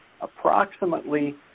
approximately